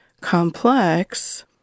complex